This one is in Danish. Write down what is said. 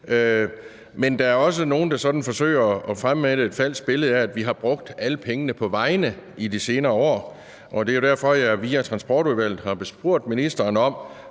Men der er også nogle, der sådan forsøger at fremmane et falsk billede af, at vi har brugt alle pengene på vejene i de senere år. Det er jo derfor, at jeg via Transportudvalget har spurgt ministeren om,